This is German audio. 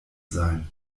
sein